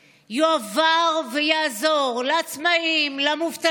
הוא הולך לתת יותר כוח ויותר משאבים אנושיים לקואליציה